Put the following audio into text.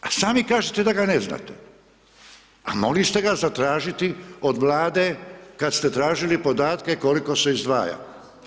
A sami kažete da ga ne znate, a mogli ste ga zatražiti od Vlade kad ste tražili podatke koliko se izdvaja.